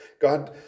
God